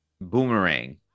boomerang